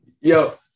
Yo